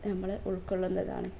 നമ്മൾ ഉൾക്കൊള്ളുന്നതാണ്